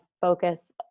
focus